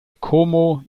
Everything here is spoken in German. como